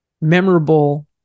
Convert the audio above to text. memorable